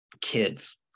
kids